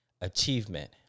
achievement